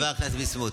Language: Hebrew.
חבר הכנסת ביסמוט.